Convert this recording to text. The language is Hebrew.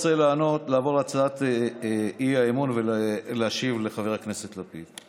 אני רוצה לעבור להצעת האי-אמון ולהשיב לחבר הכנסת לפיד.